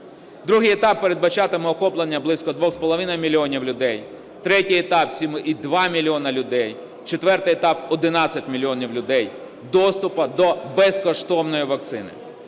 Другий етап передбачатиме охоплення близько 2,5 мільйона людей, третій етап – 7,2 мільйона людей, четвертий етап – 11 мільйонів людей доступу до безкоштовної вакцини.